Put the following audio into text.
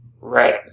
Right